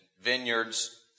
vineyards